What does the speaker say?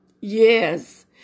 Yes